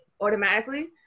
automatically